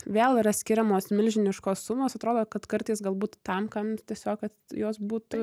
vėl yra skiriamos milžiniškos sumos atrodo kad kartais galbūt tam kam tiesiog kad jos būtų